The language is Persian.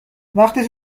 وقتی